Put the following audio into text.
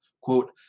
quote